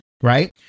Right